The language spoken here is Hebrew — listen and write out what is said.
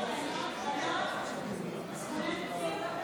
חברי הכנסת, להלן תוצאות ההצבעה: 28 בעד,